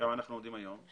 כמה אנחנו עומדים היום?